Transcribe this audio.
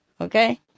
okay